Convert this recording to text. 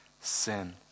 sin